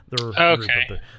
Okay